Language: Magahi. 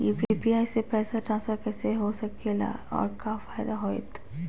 यू.पी.आई से पैसा ट्रांसफर कैसे हो सके ला और का फायदा होएत?